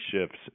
shifts